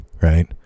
right